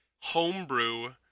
homebrew